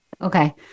okay